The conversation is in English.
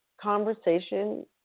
conversation